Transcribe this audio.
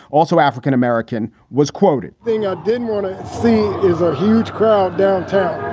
also african-american, was quoted saying, i didn't want to see is a huge crowd downtown